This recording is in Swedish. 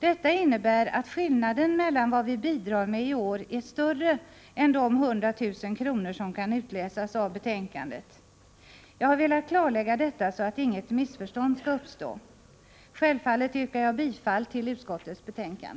Detta innebär att skillnaden jämfört med vad vi bidrar med i år är större än de 100 000 kr. som kan utläsas av betänkandet. Jag har velat klarlägga detta, så att inget missförstånd skall uppstå. Självfallet yrkar jag bifall till utskottets hemställan.